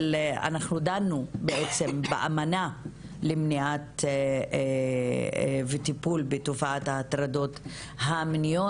אנחנו דנו בעצם באמנה למניעה וטיפול בתופעת ההטרדות המיניות.